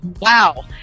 Wow